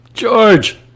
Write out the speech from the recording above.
George